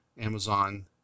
Amazon